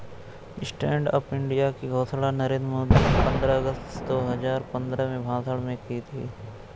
stand up India की घोषणा नरेंद्र मोदी ने पंद्रह अगस्त दो हजार पंद्रह में भाषण में की थी